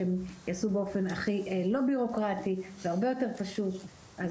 שהם יעשו באופן הכי לא בירוקרטי והרבה יותר פשוט אז